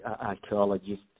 archaeologist